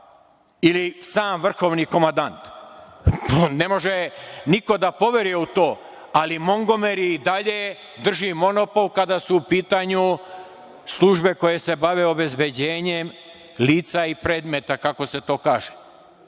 ili sam vrhovni komandant. To ne može niko da poveruje u to, ali Montgomeri i dalje drži monopol kada su u pitanju službe koje se bave obezbeđenjem lica i predmeta kako se to kaže